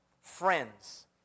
Friends